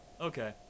Okay